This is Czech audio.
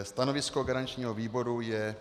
Stanovisko garančního výboru je